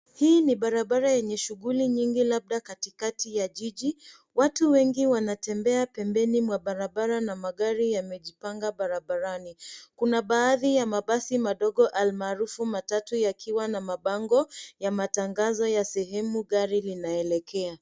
Hii ni barabara yenye shughuli nyingi, labda katikati ya jiji. Watu wengi wanatembea pembeni mwa barabara na magari yamejipanga barabarani. Kuna baadhi ya mabasi madogo, almaharufu, matatu yakiwa na mabango ya matangazo ya sehemu gari linaelekea.